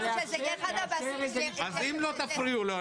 ------ תאפשר --- אם לא תפריעו לו,